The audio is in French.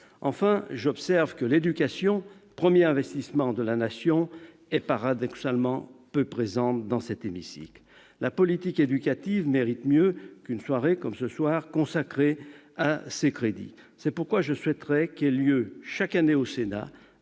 Enfin, j'observe que l'éducation, premier investissement de la Nation, est paradoxalement peu présente dans cet hémicycle. La politique éducative mérite mieux qu'une soirée consacrée à l'examen de ses crédits. C'est pourquoi je souhaiterais que se tienne chaque année au Sénat,